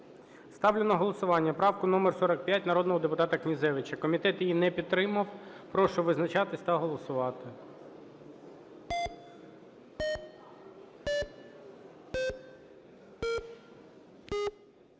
Ставлю на голосування правку номер 45 народного депутата Князевича. Комітет її не підтримав. Прошу визначатись та голосувати.